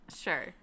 Sure